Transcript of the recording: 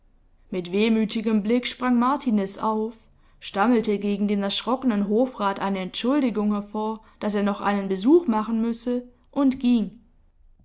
mit wehmütigem blick sprang martiniz auf stammelte gegen den erschrockenen hofrat eine entschuldigung hervor daß er noch einen besuch machen müsse und ging